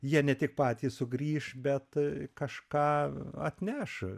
jie ne tik patys sugrįš bet kažką atneš